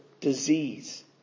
disease